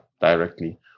directly